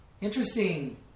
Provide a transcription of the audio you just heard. Interesting